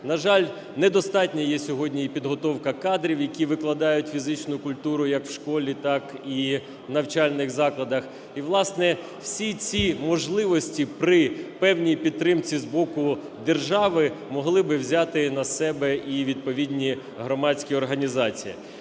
На жаль, недостатньою є сьогодні і підготовка кадрів, які викладають фізичну культуру як в школі, так і в навчальних закладах. І, власне, всі ці можливості при певний підтримці з боку держави могли би взяти на себе і відповідні громадські організації.